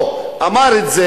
פה אמר את זה.